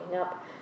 up